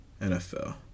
NFL